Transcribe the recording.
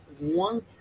One